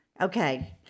Okay